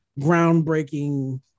groundbreaking